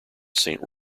saint